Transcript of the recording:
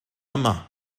yma